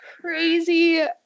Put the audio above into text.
crazy